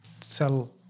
sell